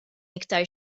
iktar